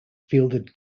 fielded